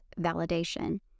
validation